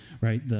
right